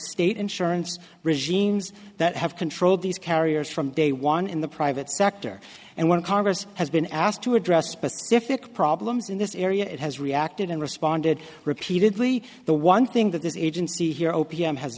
state insurance regimes that have controlled these carriers from day one in the private sector and when congress has been asked to address specific problems in this area it has reacted in responded repeatedly the one thing that is agency here o p m has